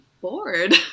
bored